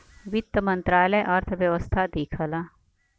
वित्त मंत्रालय अर्थव्यवस्था देखला